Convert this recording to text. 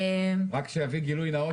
רק שיביא גילוי נאות.